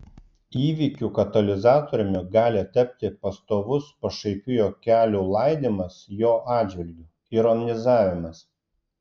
įvykių katalizatoriumi gali tapti pastovus pašaipių juokelių laidymas jo atžvilgiu ironizavimas